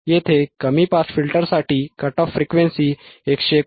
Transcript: येथे कमी पास फिल्टरसाठी कट ऑफ फ्रिक्वेन्सी 159